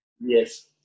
Yes